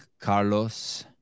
Carlos